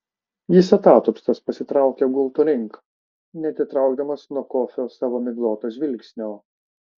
jis atatupstas pasitraukė gulto link neatitraukdamas nuo kofio savo migloto žvilgsnio